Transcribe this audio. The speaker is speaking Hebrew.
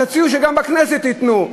תציעו שגם בכנסת ייתנו,